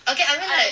okay I mean like